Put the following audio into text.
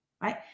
right